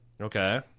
Okay